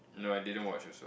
no I didn't watch also